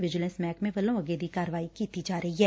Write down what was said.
vigilance ਮਹਿਕਮੇ ਵੱਲੋਂ ਅੱਗੇ ਦੀ ਕਾਰਵਾਈ ਕੀਤੀ ਜਾ ਰਹੀ ਐ